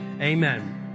Amen